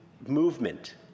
movement